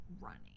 running